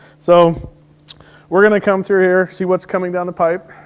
so we're gonna come through here, see what's coming down the pipe,